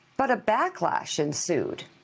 but a backlash ensued.